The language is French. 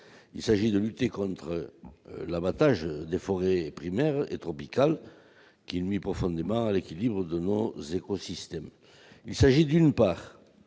Il s'agit de lutter contre l'abattage des forêts primaires et tropicales qui nuit profondément à l'équilibre de nos écosystèmes. Il convient, d'une part,